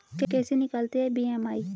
कैसे निकालते हैं बी.एम.आई?